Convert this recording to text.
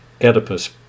Oedipus